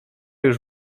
już